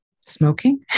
Smoking